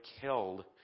killed